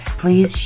please